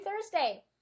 Thursday